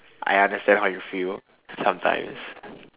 I understand how you feel sometimes